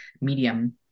medium